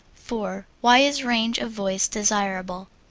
four. why is range of voice desirable?